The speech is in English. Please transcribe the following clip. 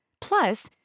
plus